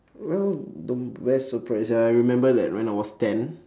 around don't where surprise ya I remember that when I was ten